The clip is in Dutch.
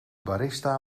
barista